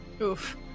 Oof